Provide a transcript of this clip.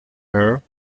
air